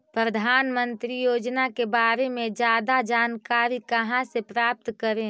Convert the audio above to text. प्रधानमंत्री योजना के बारे में जादा जानकारी कहा से प्राप्त करे?